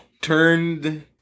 Turned